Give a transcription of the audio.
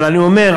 אבל אני אומר,